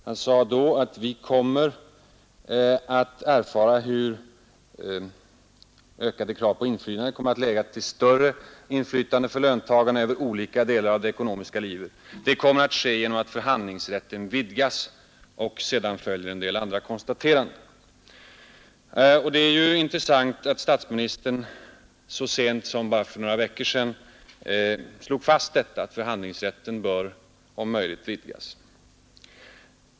Han sade: ”Vi kommer ——— att erfara hur detta” — statsministern avsåg ökade krav på inflytande — ”successivt kommer att leda till större inflytande för löntagarna över olika delar av det ekonomiska livet. Det kommer att ske genom att förhandlingsrätten vidgas ———.” Sedan följde en del andra konstateranden. Det är ju intressant att konstatera att statsministern så sent som för nägra veckor sedan slog fast detta, att förhandlingsrätten om möjligt bör vidgas.